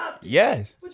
Yes